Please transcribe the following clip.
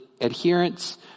adherence